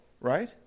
right